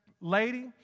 lady